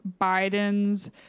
Biden's